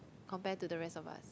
compared to the rest of us